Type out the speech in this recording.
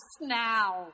now